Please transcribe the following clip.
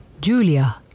Julia